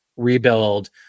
rebuild